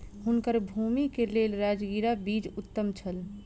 हुनकर भूमि के लेल राजगिरा बीज उत्तम छल